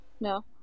No